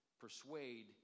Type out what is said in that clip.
persuade